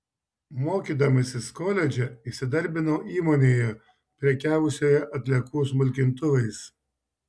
mokydamasis koledže įsidarbinau įmonėje prekiavusioje atliekų smulkintuvais